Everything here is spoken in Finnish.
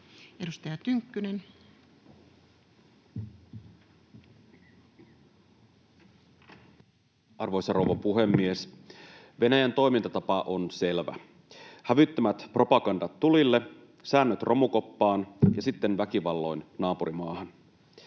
14:11 Content: Arvoisa rouva puhemies! Venäjän toimintatapa on selvä. Hävyttömät propagandat tulille, säännöt romukoppaan ja sitten väkivalloin naapurimaahan.